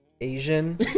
Asian